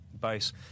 base